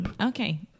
okay